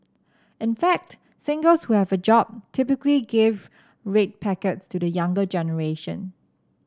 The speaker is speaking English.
in fact singles who have a job typically give red packets to the younger generation